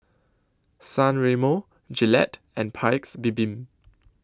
San Remo Gillette and Paik's Bibim